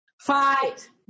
fight